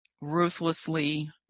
ruthlessly